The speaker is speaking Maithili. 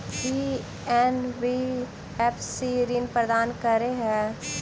की एन.बी.एफ.सी ऋण प्रदान करे है?